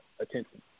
attention